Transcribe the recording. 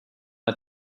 der